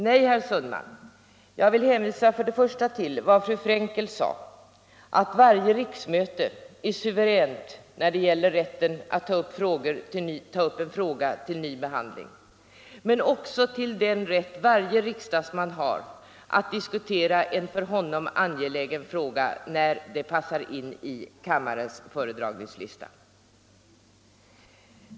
Nej, herr Sundman, jag kan för det första hänvisa till vad fru Frenkel sade, att varje riksmöte är suveränt när det gäller rätten att ta upp en fråga till ny behandling. För det andra har varje riksdagsman rätt att diskutera en för honom angelägen fråga när det passar in i kammarens föredragningslista.